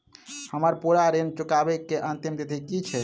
हम्मर पूरा ऋण चुकाबै केँ अंतिम तिथि की छै?